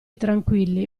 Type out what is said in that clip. tranquilli